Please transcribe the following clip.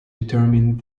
determined